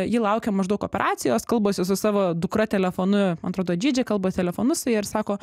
ji laukia maždaug operacijos kalbasi su savo dukra telefonu man atrodo džidži kalba telefonu su ja ir sako